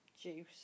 juice